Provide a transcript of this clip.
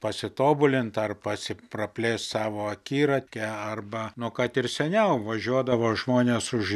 pasitobulinti ar pasi praplėst savo akiratį arba nu kad ir seniau važiuodavo žmonės už